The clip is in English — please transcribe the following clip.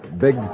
Big